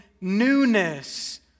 newness